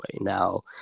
Now